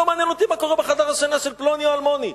לא מעניין אותי מה קורה בחדר השינה של פלוני או אלמוני,